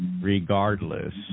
regardless